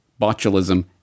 botulism